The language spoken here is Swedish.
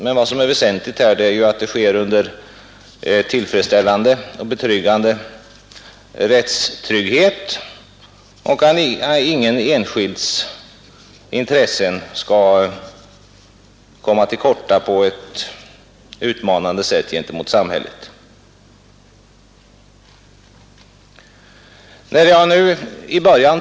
Men vad som är väsentligt är att det sker under tillfredsställande rättstrygghet och att ingen enskilds intressen kommer till korta gentemot samhället på ett utmanande sätt.